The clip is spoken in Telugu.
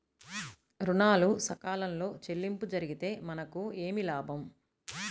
ఋణాలు సకాలంలో చెల్లింపు జరిగితే మనకు ఏమి లాభం?